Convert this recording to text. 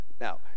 Now